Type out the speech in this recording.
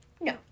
No